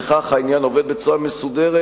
וכך העניין עובד בצורה מסודרת.